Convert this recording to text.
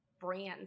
brands